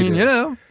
you know,